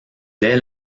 dès